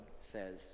says